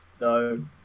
No